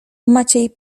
maciej